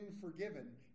forgiven